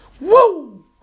woo